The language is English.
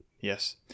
Yes